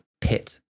pit